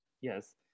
yes